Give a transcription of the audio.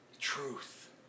Truth